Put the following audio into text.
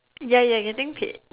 ya ya getting paid